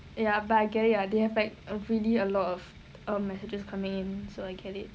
ya but ya I get it ah it didn't affect really a lot of um messages coming in so I get it